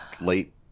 late